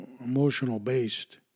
emotional-based